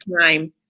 time